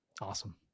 Awesome